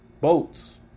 boats